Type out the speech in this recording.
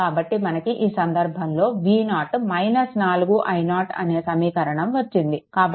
కాబట్టి మనకు ఈ సందర్భంలో V0 4 i0 అనే సమీకరణం వచ్చింది